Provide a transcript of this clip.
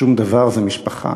שום דבר זה משפחה.